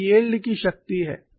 यह यील्ड शक्ति है